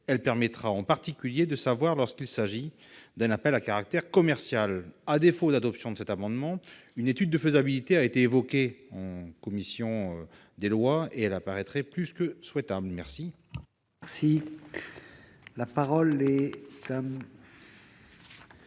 Elle permettra en particulier de savoir s'il s'agit d'un appel à caractère commercial. À défaut de l'adoption de cet amendement, une étude de faisabilité, qui a été évoquée en commission des lois, paraît plus que souhaitable. Les deux amendements